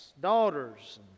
daughters